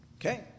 Okay